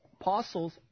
Apostles